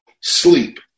sleep